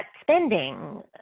spending